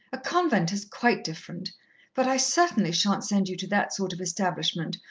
a convent is quite different but i certainly shan't send you to that sort of establishment,